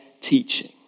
teaching